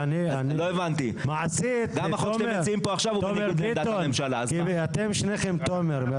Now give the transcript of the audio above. תומר ביטון, שניכם תומר.